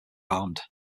armed